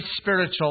spiritual